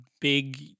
big